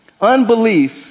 Unbelief